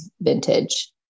vintage